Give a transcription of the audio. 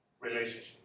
relationship